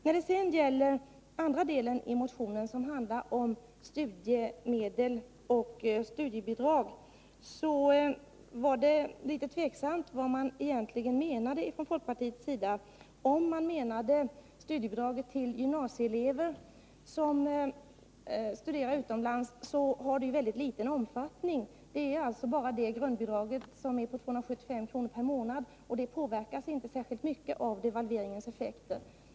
När det gäller den andra delen av motionen, som handlar om studiemedel och studiebidrag, vill jag säga att det var litet oklart vad folkpartiet egentligen menade. Om man menade studiebidraget till gymnasieelever som studerar utomlands, vill jag framhålla att det har mycket liten omfattning. Det är alltså bara grundbidraget på 275 kr. per månad det gäller. Det påverkas inte särskilt mycket av devalveringens effekter.